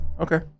Okay